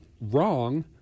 wrong